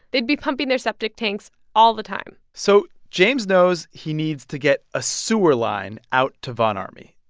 they'd be pumping their septic tanks all the time so james knows he needs to get a sewer line out to von ormy.